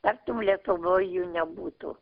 tartum lietuvoj jų nebūtų